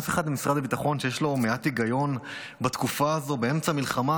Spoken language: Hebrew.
אין אף אחד ממשרד הביטחון שיש לו מעט היגיון בתקופה הזו באמצע מלחמה